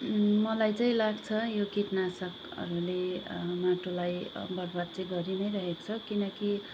मलाई चाहिँ लाग्छ यो किटनाशकहरूले माटोलाई बर्बादै गरिनै रहेको छ किनकि